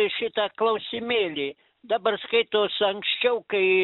šitą klausimėlį dabar skaitos anksčiau kai